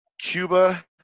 cuba